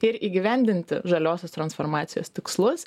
ir įgyvendinti žaliosios transformacijos tikslus